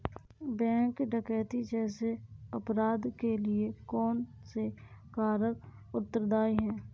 Bank डकैती जैसे अपराध के लिए कौन से कारक उत्तरदाई हैं?